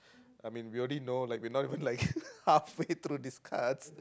I mean we already know like we're not even like half way through these cards